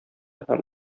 һәм